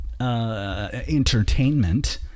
Entertainment